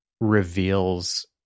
reveals